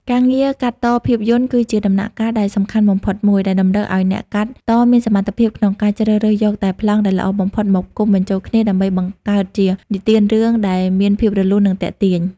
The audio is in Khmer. ការងារកាត់តភាពយន្តគឺជាដំណាក់កាលដែលសំខាន់បំផុតមួយ ដែលតម្រូវឱ្យអ្នកកាត់តមានសមត្ថភាពក្នុងការជ្រើសរើសយកតែប្លង់ដែលល្អបំផុតមកផ្គុំបញ្ចូលគ្នាដើម្បីបង្កើតជានិទានរឿងដែលមានភាពរលូន និងទាក់ទាញ។